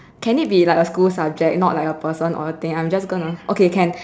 can it be like a school subject you know like a person or a thing I'm just gonna okay can